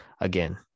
again